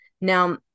Now